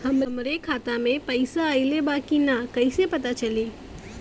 हमरे खाता में पैसा ऑइल बा कि ना कैसे पता चली?